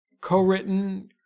co-written